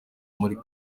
muri